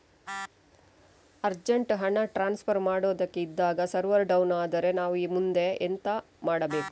Urgent ಹಣ transfer ಮಾಡೋದಕ್ಕೆ ಇದ್ದಾಗ ಸರ್ವರ್ ಡೌನ್ ಆದರೆ ನಾವು ಮುಂದೆ ಎಂತ ಮಾಡಬೇಕು?